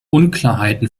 unklarheiten